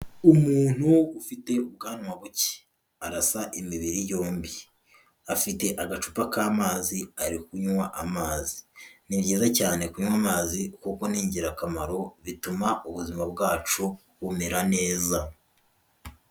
Umuntu ufite ubwanwa buke, arasa imibiri yombi afite agacupa k'amazi ari kunywa amazi, ni byiza cyane kunywa amazi kuko ni ingirakamaro bituma ubuzima bwacu bumera neza.